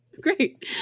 great